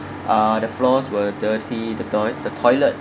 uh the floors were dirty the toi~ the toilet